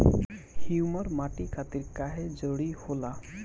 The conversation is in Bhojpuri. ह्यूमस माटी खातिर काहे जरूरी होला?